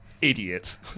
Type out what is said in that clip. Idiot